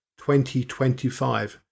2025